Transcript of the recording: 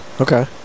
Okay